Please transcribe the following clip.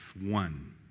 one